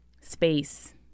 space